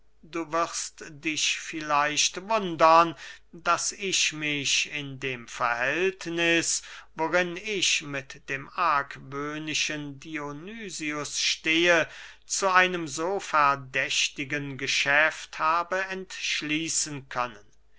du wirst dich vielleicht wundern daß ich mich in dem verhältniß worin ich mit dem argwöhnischen dionysius stehe zu einem so verdächtigen geschäft habe entschließen können